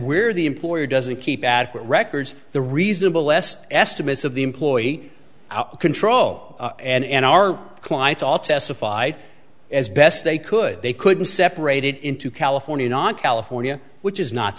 we're the employer doesn't keep adequate records the reasonable less estimates of the employee out of control and our clients all testified as best they could they couldn't separate it into california not california which is not